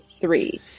three